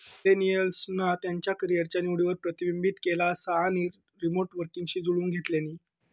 मिलेनियल्सना त्यांच्या करीयरच्या निवडींवर प्रतिबिंबित केला असा आणि रीमोट वर्कींगशी जुळवुन घेतल्यानी